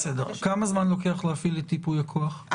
בעצם הופעל ייפוי הכוח שלו,